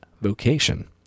vocation